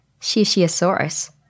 Shishiosaurus